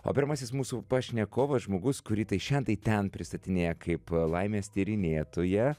o pirmasis mūsų pašnekovas žmogus kurį tai šen tai ten pristatinėja kaip laimės tyrinėtoją